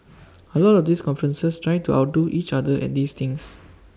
A lot of these conferences try to outdo each other at these things